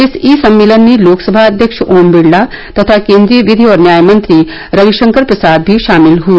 इस ई सम्मेलन में लोकसभा अध्यक्ष ओम बिड़ला तथा केंद्रीय विधि और न्याय मंत्री रविशंकर प्रसाद भी शामिल हुए